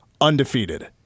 undefeated